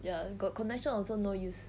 ya got connection also no use